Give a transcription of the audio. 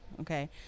okay